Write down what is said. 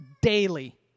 daily